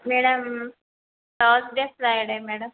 madam Thursday Friday madam